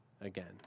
again